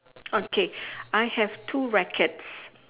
okay I have two rackets